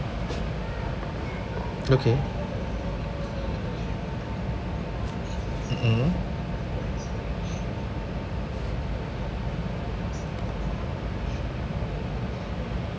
okay mm mm